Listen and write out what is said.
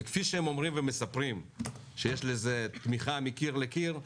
וכפי שהם אומרים ומספרים שיש לזה תמיכה מקיר לקיר,